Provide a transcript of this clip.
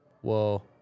Whoa